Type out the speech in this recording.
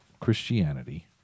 Christianity